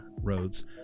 Roads